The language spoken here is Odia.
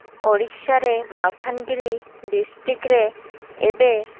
ଓଡ଼ିଶାରେ ମାଲକାନଗିରି ଡିଷ୍ଟ୍ରିକ୍ରେ ଏବେ